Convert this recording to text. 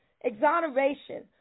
exoneration